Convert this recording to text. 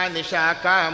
Nishaka